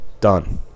Done